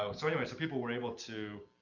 um so anyways people were able to,